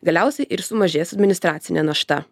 galiausiai ir sumažės administracinė našta